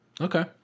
Okay